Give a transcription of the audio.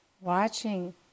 watching